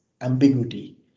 ambiguity